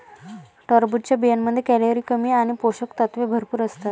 टरबूजच्या बियांमध्ये कॅलरी कमी आणि पोषक तत्वे भरपूर असतात